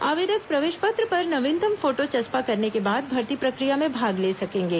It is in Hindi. आवेदक प्रवेश पत्र पर नवीनतम फोटो चस्पा करने के बाद भर्ती प्रक्रिया में भाग ले सकेंगे